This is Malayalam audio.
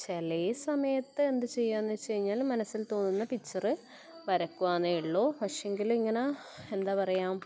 ചില സമയത്ത് എന്ത് ചെയ്യുക എന്ന് വെച്ച് കഴിഞ്ഞാൽ മനസ്സിൽ തോന്നുന്ന പിക്ചർ വരയ്ക്കുക എന്നേ ഉള്ളൂ പക്ഷേ എങ്കിൽ ഇങ്ങനെ എന്താണ് പറയുക